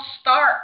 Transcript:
start